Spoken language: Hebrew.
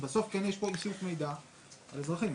בסוף כן יש פה איסוף מידע על אזרחים.